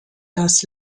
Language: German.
das